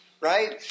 right